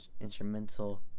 instrumental